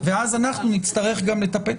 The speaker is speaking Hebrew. ואז אנחנו נצטרך לטפל.